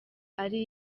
ari